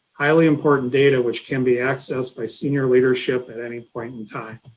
highly important data which can be accessed by senior leadership at any point in time.